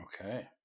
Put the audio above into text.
Okay